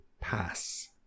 pass